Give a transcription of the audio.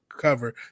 cover